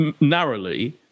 narrowly